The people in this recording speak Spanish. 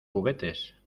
juguetes